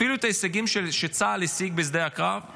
אפילו ההישגים שצה"ל השיג בשדה הקרב הם